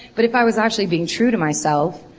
but if i was actually being true to myself,